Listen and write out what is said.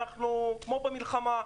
אנחנו כמו במלחמה,